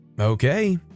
okay